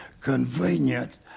convenient